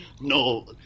no